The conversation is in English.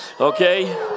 okay